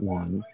one